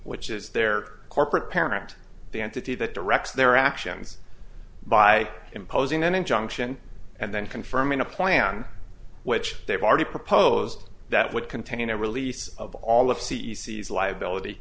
which is their corporate parent act the entity that directs their actions by imposing an injunction and then confirming a plan which they've already proposed that would contain a release of all of c e c s liability